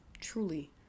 truly